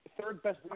third-best